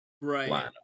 right